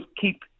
keep